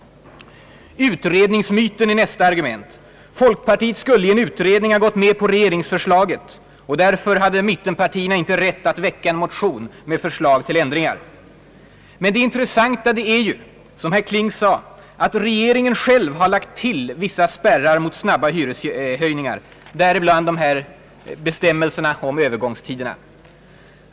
Utredningsmyten är nästa argument. Folkpartiet skulle i en utredning ha gått med på regeringsförslaget. Därför hade mittenpartierna inte rätt att väcka en motion med förslag till ändringar. Men det intressanta är ju att regeringen själv, som herr Kling sade, har lagt till vissa spärrar mot snabba hyreshöjningar, däribland bestämmelserna om övergångstiden.